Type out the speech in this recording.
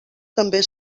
també